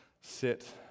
sit